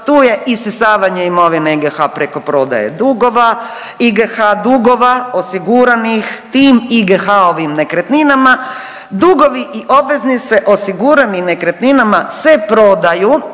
tu je isisavanje imovine IGH preko prodaje dugova, IGH dugova osiguranih tim IGH-ovim nekretninama, dugovi i obveznice osigurani nekretninama se prodaju